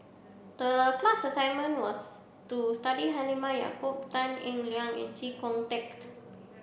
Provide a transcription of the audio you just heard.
the class assignment was to study Halimah Yacob Tan Eng Liang and Chee Kong